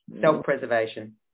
self-preservation